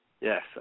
Yes